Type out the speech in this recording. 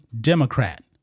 Democrat